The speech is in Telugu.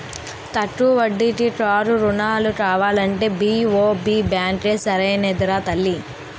తక్కువ వడ్డీకి కారు రుణాలు కావాలంటే బి.ఓ.బి బాంకే సరైనదిరా తల్లీ